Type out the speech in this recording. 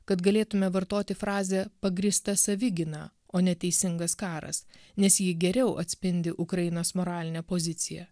kad galėtume vartoti frazę pagrįsta savigyna o ne teisingas karas nes ji geriau atspindi ukrainos moralinę poziciją